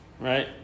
right